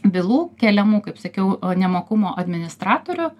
bylų keliamų kaip sakiau nemokumo administratorių